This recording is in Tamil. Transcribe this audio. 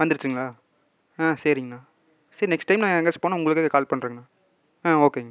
வந்துருச்சுங்களா ஆ சரிங்ண்ணா சரி நெக்ஸ்ட் டைம் நான் எங்கேயாச்சும் போனால் உங்களுக்கே கால் பண்றங்கண்ணா ஆ ஓகேங்ண்ணா